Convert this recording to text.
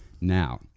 Now